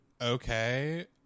okay